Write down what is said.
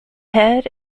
head